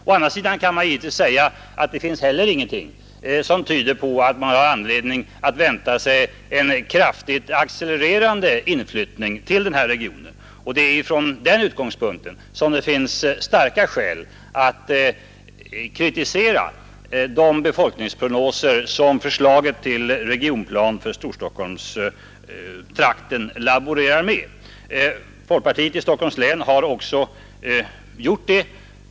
Å andra sidan kan man givetvis säga att det inte heller finns någonting som tyder på att man har all anledning att vänta sig en kraftigt accelerande inflyttning till den här regionen. Det är från den utgångspunkten som det finns skäl att kritisera de befolkningsprognoser som förslaget till regionplan för Storstockholmtrakten utgår från. Folkpartiet i Stockholms län har också gjort det.